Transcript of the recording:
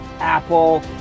Apple